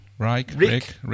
Rick